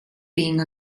being